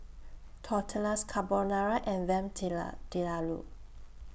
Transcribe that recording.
Tortillas Carbonara and Lamb